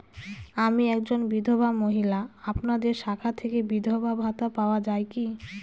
আমি একজন বিধবা মহিলা আপনাদের শাখা থেকে বিধবা ভাতা পাওয়া যায় কি?